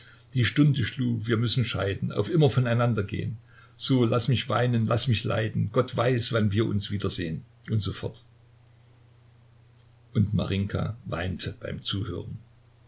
die stunde schlug wir müssen scheiden auf immer voneinander gehn so laß mich weinen laß mich leiden gott weiß wann wir uns wiedersehn usf und marinjka weinte beim